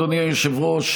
אדוני היושב-ראש,